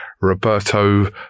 Roberto